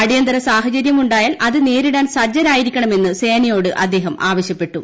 അടിയന്തര സാഹചര്യമുണ്ടായാൽ അത് നേരിടാൻ സജ്ജരായിരിക്കണമെന്ന് സേനയോട് അദ്ദേഹം ആവശ്യപ്പെട്ടു